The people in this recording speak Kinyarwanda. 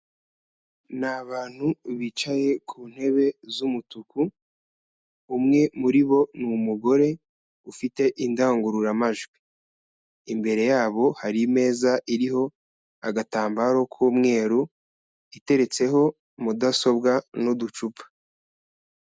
Ni abantu bicaye ku ntebe z'umutuku, umwe muri bo ni umugore ufite indangururamajwi, imbere yabo hari imeza iriho agatambaro k'umweru iteretseho mudasobwa n'uducupa.